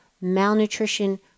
malnutrition